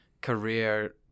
career